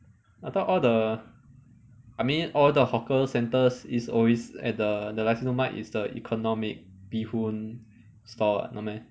I thought all the I mean all the hawker centres is always at the the nasi lemak is the economic bee hoon stall [what] not meh